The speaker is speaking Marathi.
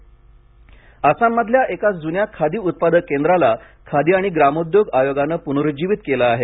आसाम आसाममधल्या एका जुन्या खादी उत्पादक केंद्राला खादी आणि ग्रामोद्योग आयोगानं पुनरुज्जीवित केलं आहे